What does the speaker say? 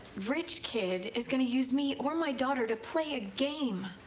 rich kid is gonna use me or my daughter. to play a game.